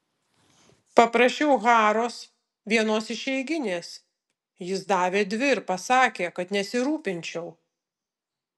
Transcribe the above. paprašiau haros vienos išeiginės jis davė dvi ir pasakė kad nesirūpinčiau